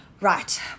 right